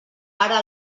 ara